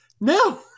No